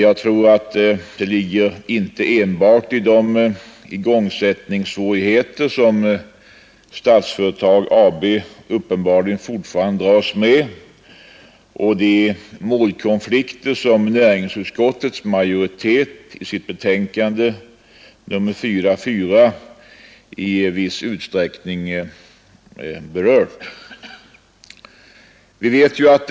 De ligger säkerligen inte enbart i de igångsättningssvårigheter som Statsföretag AB uppenbarligen fortfarande dras med och de målkonflikter som näringsutskottets majoritet i sitt betänkande nr 44 i viss utsträckning berört.